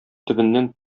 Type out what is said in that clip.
төбеннән